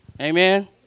Amen